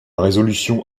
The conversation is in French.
résolution